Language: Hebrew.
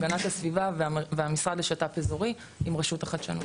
הגנת הסביבה והמשרד לשת"פ אזורי עם רשות החדשנות.